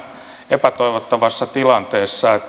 epätoivottavassa tilanteessa